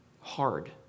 hard